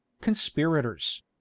Conspirators